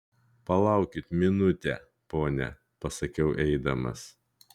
palaukit minutę pone pasakiau eidamas